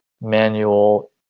manual